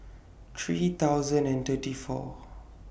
three thousand and thirty four